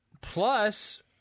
plus